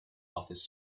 office